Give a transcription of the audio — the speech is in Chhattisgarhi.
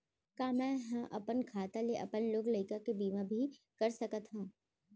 का मैं ह अपन खाता ले अपन लोग लइका के भी बीमा कर सकत हो